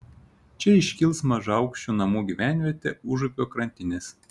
čia iškils mažaaukščių namų gyvenvietė užupio krantinės